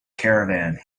caravan